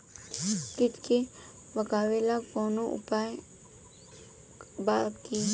कीट के भगावेला कवनो उपाय बा की?